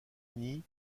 uni